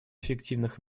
эффективных